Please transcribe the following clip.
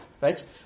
right